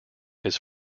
his